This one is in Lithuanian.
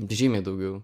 žymiai daugiau